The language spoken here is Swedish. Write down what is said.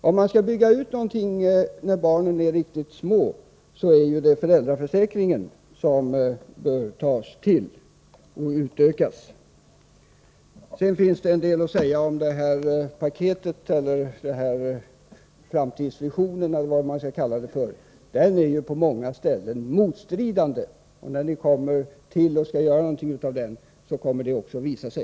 Om man skall bygga ut någonting när barnen är riktigt små är det föräldraförsäkringen som bör utökas. Sedan finns det en del att säga om det här paketet eller framtidsvisionen eller vad man skall kalla det. Det är på många ställen motstridande, och när ni skall göra någonting av det kommer det också att visa sig.